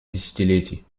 десятилетий